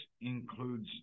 includes